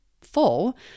full